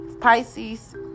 Pisces